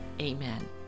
Amen